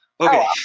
Okay